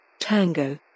Tango